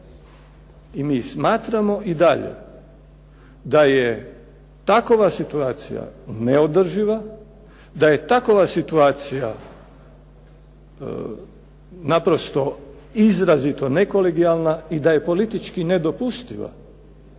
I mi smatramo i dalje da je takova situacija neodrživa, da je takova situacija naprosto izrazito nekolegijalna i da je politički nedopustiva,